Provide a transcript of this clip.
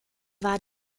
war